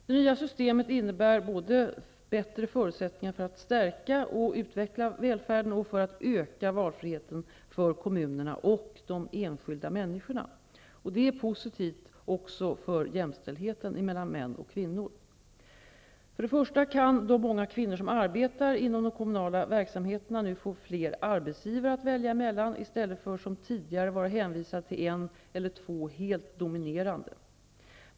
Det nya systemet innebär bättre förutsättningar både för att stärka och utveckla välfärden och för att öka valfriheten för kommunerna och de enskilda människorna. Detta är positivt också för jämställdheten mellan kvinnor och män. För det första kan de många kvinnor som arbetar inom de kommunala verksamheterna nu få fler arbetsgivare att välja emellan, i stället för att som tidigare vara hänvisade till en eller två helt dominerande.